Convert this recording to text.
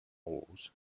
roses